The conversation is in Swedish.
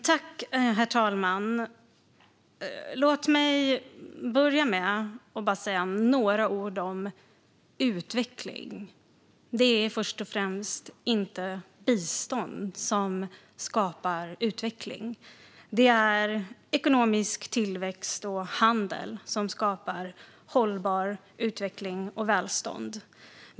Herr talman! Låt mig börja med att säga några ord om utveckling. Det är inte först och främst bistånd som skapar hållbar utveckling och välstånd, utan det är ekonomisk tillväxt och handel.